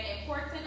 important